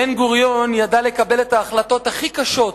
בן-גוריון ידע לקבל את ההחלטות הכי קשות,